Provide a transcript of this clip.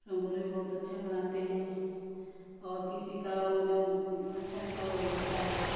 रंगोली भी बहुत अच्छा बनाते हैं और किसी का ओ जो अच्छा अच्छा ओ होता है